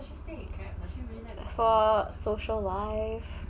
for social life